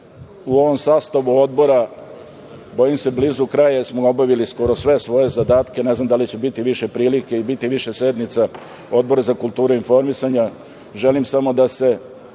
u ovom sastavu Odbora, bojim se blizu kraja, jer smo obavili sve svoje zadatke, ne znam da li će biti više prilike i biti više sednica Odbora za kulturu i informisanja, želim samo da se